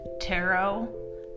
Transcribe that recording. tarot